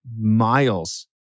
miles